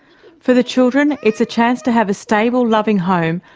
for the children, it's a chance to have a stable, loving home,